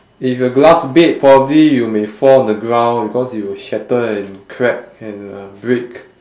if a glass bed probably you may fall on the ground because it will shatter and crack and uh break